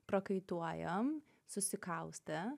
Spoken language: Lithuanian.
prakaituojam susikaustę